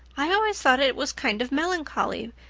i always thought it was kind of melancholy,